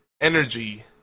energy